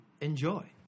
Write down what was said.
enjoy